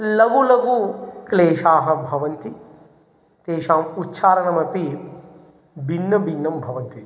लघु लघु क्लेशाः भवन्ति तेषाम् उच्चारणमपि भिन्नभिन्नं भवति